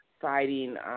fighting